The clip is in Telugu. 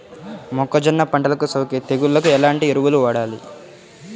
మొక్కజొన్న పంటలకు సోకే తెగుళ్లకు ఎలాంటి ఎరువులు వాడాలి?